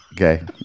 okay